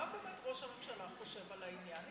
מה ראש הממשלה חושב על העניין.